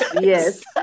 Yes